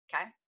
okay